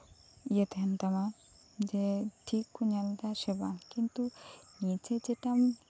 ᱤᱭᱟᱹ ᱛᱟᱦᱮᱸᱱ ᱛᱟᱢᱟ ᱡᱮ ᱴᱷᱤᱠ ᱠᱚ ᱧᱮᱞ ᱫᱟ ᱥᱮ ᱵᱟᱝ ᱠᱤᱱᱛᱩ ᱱᱤᱡᱮ ᱡᱮᱴᱟᱢ